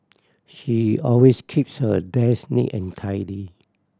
she always keeps her desk neat and tidy